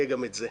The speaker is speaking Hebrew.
יהיה גם את זה.